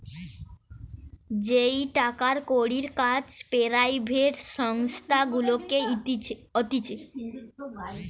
যেই টাকার কড়ির কাজ পেরাইভেট সংস্থা গুলাতে হতিছে